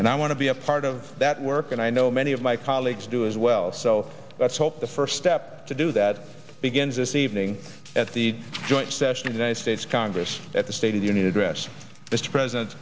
and i want to be a part of that work and i know many of my colleagues do as well so let's hope the first step to do that begins this evening at the joint session of united states congress at the state of the union address mr president